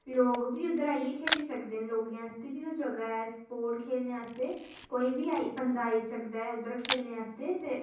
लोक बी इत्थे आह्नी खेढी सकदे न लोकें आस्तै बी जगह ऐ स्पोर्ट्स खेढने आस्तै कोई बी बंदा आई सकदा ऐ खेढने आस्तै